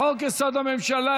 לחוק-יסוד: הממשלה,